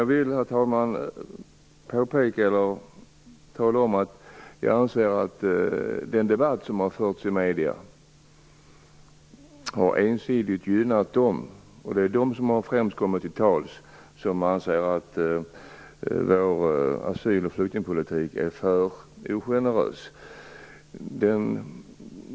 Jag vill bara påpeka att jag anser att den debatt som har förts i medierna ensidigt har gynnat dem - och det är de som främst har fått komma till tals - som anser att vår asyl och flyktingpolitik är för ogenerös.